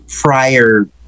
prior